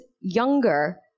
younger